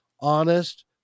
honest